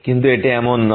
কিন্তু এটি এমন নয়